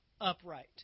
upright